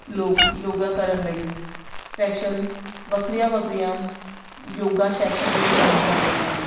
ਲੋਕ ਯੋਗਾ ਕਰਨ ਲਈ ਸਪੈਸ਼ਲ ਵੱਖਰੀਆਂ ਵੱਖਰੀਆਂ ਯੋਗਾ ਸੈਸ਼ਨ ਵੀ ਜੁਆਇਨ ਕਰਦੇ ਹਨ